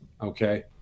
okay